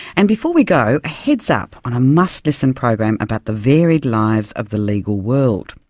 and before we go, a heads up on a must-listen program about the varied lives of the legal world.